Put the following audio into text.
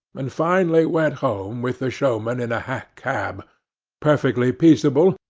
and finally went home with the showman in a hack cab perfectly peaceable,